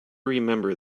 remember